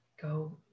go